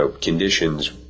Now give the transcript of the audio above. conditions